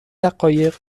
دقایق